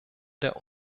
der